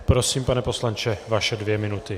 Prosím, pane poslanče, vaše dvě minuty.